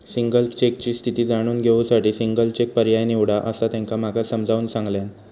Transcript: single चेकची स्थिती जाणून घेऊ साठी सिंगल चेक पर्याय निवडा, असा त्यांना माका समजाऊन सांगल्यान